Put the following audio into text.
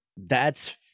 That's-